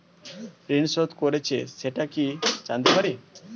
ঋণ শোধ করেছে সেটা কি জানতে পারি?